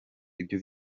ibyo